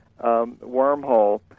wormhole